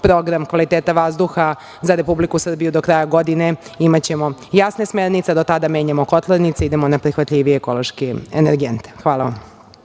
program kvaliteta vazduha za Republiku Srbiju do kraja godine, imaćemo jasne smernice. Do tada menjamo kotlarnice, idemo na prihvatljivije ekološke energente. Hvala.